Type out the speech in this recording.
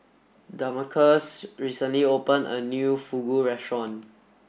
Damarcus recently open a new Fugu restaurant